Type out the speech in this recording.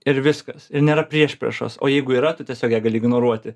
ir viskas ir nėra priešpriešos o jeigu yra tu tiesiog ją gali ignoruoti